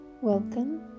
Welcome